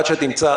עד שתמצא,